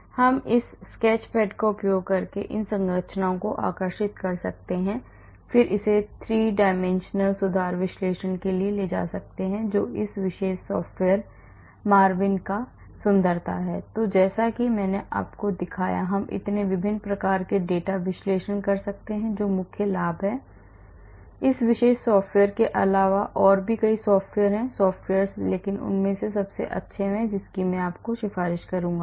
हम इस sketch pad का उपयोग करके इन संरचनाओं को आकर्षित कर सकते हैं और फिर इसे 3 आयामी सुधार विश्लेषण के लिए ले जा सकते हैं जो इस विशेष सॉफ्टवेयर MARVIN की सुंदरता है और जैसा कि मैंने आपको दिखाया हम इतने विभिन्न प्रकार के डेटा विश्लेषण कर सकते हैं जो मुख्य लाभ है इस विशेष सॉफ्टवेयर के अलावा और भी कई सॉफ्टवेयर हैं सॉफ्टवेयर्स लेकिन यह उन सबसे अच्छे में से एक है जिसकी मैं सिफारिश करूंगा